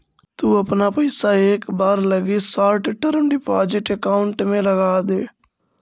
तु अपना पइसा एक बार लगी शॉर्ट टर्म डिपॉजिट अकाउंट में लगाऽ दे